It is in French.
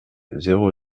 zéro